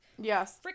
Yes